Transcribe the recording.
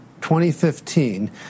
2015